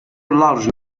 large